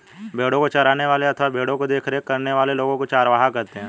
भेड़ों को चराने वाले अथवा भेड़ों की देखरेख करने वाले लोगों को चरवाहा कहते हैं